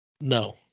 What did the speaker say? No